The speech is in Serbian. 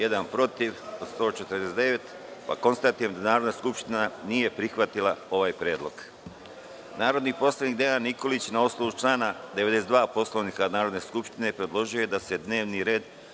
poslanika. Konstatujem da Narodna skupština nije prihvatila ovaj predlog. Narodni poslanik Dejan Nikolić, na osnovu člana 92. Poslovnika Narodne skupštine, predložio je da se dnevni red